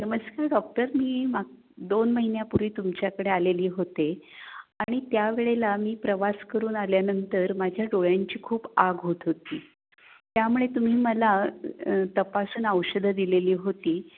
नमस्कार डॉक्टर मी माग दोन महिन्यापूर्वी तुमच्याकडे आलेली होते आणि त्यावेळेला मी प्रवास करून आल्यानंतर माझ्या डोळ्यांची खूप आग होत होती त्यामुळे तुम्ही मला तपासून औषधं दिलेली होती